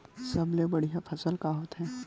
सबले बढ़िया फसल का होथे?